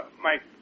Mike